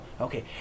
Okay